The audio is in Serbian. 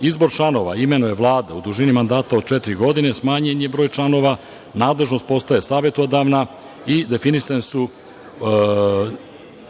Izbor članova imenuje Vlada u dužini mandata od četiri godine, smanjen je broj članova. Nadležnost postaje savetodavna i definisane su